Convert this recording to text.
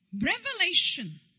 Revelation